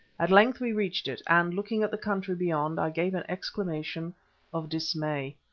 at length we reached it, and, looking at the country beyond, i gave an exclamation of dismay.